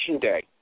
day